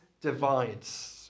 divides